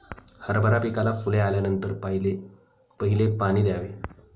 हरभरा पिकाला फुले आल्यानंतर पहिले पाणी द्यावे